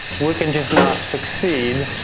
we can just not succeed.